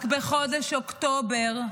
רק בחודש אוקטובר,